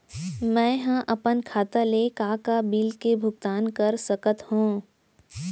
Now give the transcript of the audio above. मैं ह अपन खाता ले का का बिल के भुगतान कर सकत हो